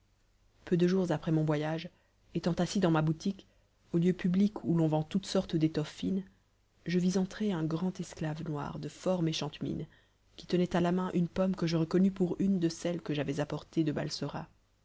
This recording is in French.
peu de jours après mon voyage étant assis dans ma boutique au lieu public où l'on vend toutes sortes d'étoffes fines je vis entrer un grand esclave noir de fort méchante mine qui tenait à la main une pomme que je reconnus pour une de celles que j'avais apportées de balsora